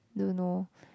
don't know